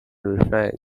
revenge